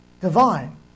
divine